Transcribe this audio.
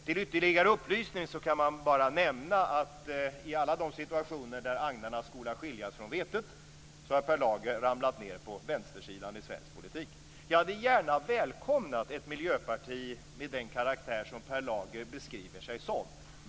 Som en ytterligare upplysning kan jag bara nämna att i alla de situationer där agnarna ska skiljas från vetet har Per Lager ramlat ned på vänstersidan i svensk politik. Jag hade gärna välkomnat ett miljöparti med den karaktär som Per Lager beskriver.